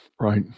Right